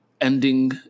ending